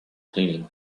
cleaning